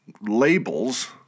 labels